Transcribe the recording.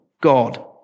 God